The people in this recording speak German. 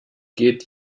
geht